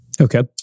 Okay